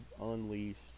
unleashed